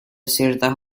ciertas